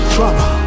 Trauma